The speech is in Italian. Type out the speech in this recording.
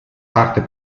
parte